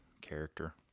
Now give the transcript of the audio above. character